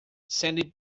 sandy